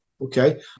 okay